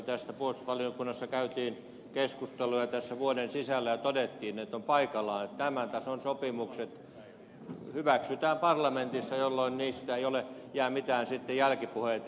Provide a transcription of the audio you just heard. tästä käytiin puolustusvaliokunnassa keskustelua vuoden sisällä ja todettiin että on paikallaan että tämän tason sopimukset hyväksytään parlamentissa jolloin niistä ei jää sitten mitään jälkipuheita